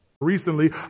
Recently